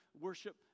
worship